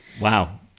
Wow